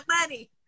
money